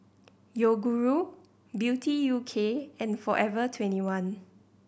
Yoguru Beauty U K and Forever Twenty one